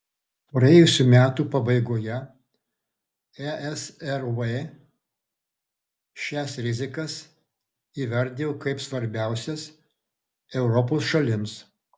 praėjusių metų pabaigoje esrv šias rizikas įvardijo kaip svarbiausias europos šalims